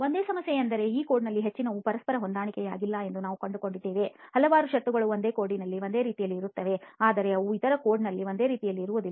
ಒಂದೇ ಸಮಸ್ಯೆಯೆಂದರೆ ಈ ಕೋಡ್ಗಳಲ್ಲಿ ಹೆಚ್ಚಿನವು ಪರಸ್ಪರ ಹೊಂದಾಣಿಕೆಯಾಗಿಲ್ಲ ಎಂದು ನಾವು ಕಂಡುಕೊಂಡಿದ್ದೇವೆ ಹಲವಾರು ಷರತ್ತುಗಳು ಒಂದು ಕೋಡ್ನಲ್ಲಿ ಒಂದು ರೀತಿಯಲ್ಲಿ ಇರುತ್ತವೆ ಆದರೆ ಅವು ಇತರ ಕೋಡ್ನಲ್ಲಿ ಒಂದೇ ರೀತಿಯಲ್ಲಿ ಇರುವುದಿಲ್ಲ